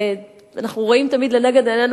אנחנו רואים תמיד לנגד עינינו,